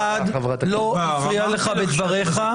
בדבריך.